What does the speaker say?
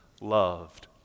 loved